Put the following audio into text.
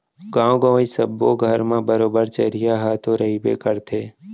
गॉंव गँवई सब्बो घर म बरोबर चरिहा ह तो रइबे करथे